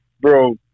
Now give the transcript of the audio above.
bro